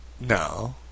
No